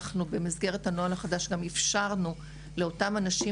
במסגרת הנוהל החדש, אנחנו גם אפשרנו לאותן הנשים